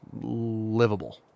livable